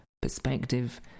perspective